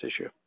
issue